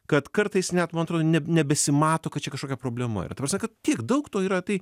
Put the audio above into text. kad kartais net man atrodo neb nebesimato kad čia kažkokia problema ir ta prasme kad tiek daug to yra tai